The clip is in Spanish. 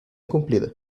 cumplida